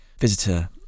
visitor